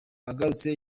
agarutse